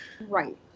Right